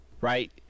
right